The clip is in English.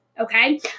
okay